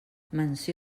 menció